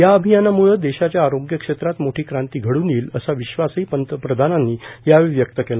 या अभियानाम्ळे देशाच्या आरोग्यक्षेत्रात मोठी क्रांती घडून येईल असा विश्वासही प्रधानमंत्र्यांनी व्यक्त केला